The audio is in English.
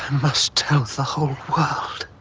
must tell the whole world.